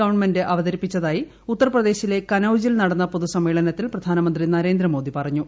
government അവതരിപ്പിച്ചതായി ഉത്തർപ്രദേശിലെ കനൌ ജിൽ നടന്ന പൊതു സമ്മേളനത്തിൽ പ്രധാനമന്ത്രി നരേന്ദ്രമോദി പറ ഞ്ഞു